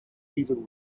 even